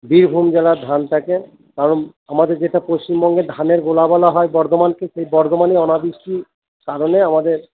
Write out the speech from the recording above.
বীরভূম জেলার ধানটাকে কারণ আমাদের যেটা পশ্চিমবঙ্গের ধানের গোলা বলা হয় বর্ধমানকে সেই বর্ধমানেই অনাবৃষ্টির কারণে আমাদের